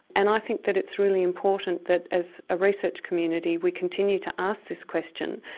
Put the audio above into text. and i think that it's really important that as a research community, we continue to ask this question,